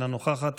אינה נוכחת,